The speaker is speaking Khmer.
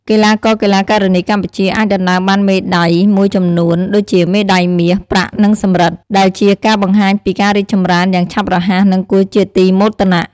កីឡាករ-កីឡាការិនីកម្ពុជាអាចដណ្តើមបានមេដាយមួយចំនួន ដូចជាមេដាយមាស ប្រាក់ និងសំរឹទ្ធ ដែលជាការបង្ហាញពីការរីកចម្រើនយ៉ាងឆាប់រហ័ស និងគួរជាទីមោទនៈ។